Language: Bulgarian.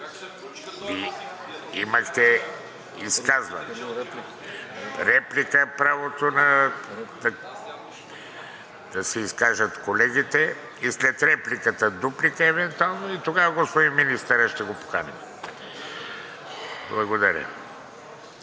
имахте изказване. Реплика – правото да се изкажат колегите, след репликата – дуплика евентуално и тогава господин министърът ще го поканим. Благодаря.